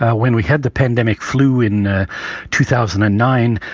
ah when we had the pandemic flu in ah two thousand and nine,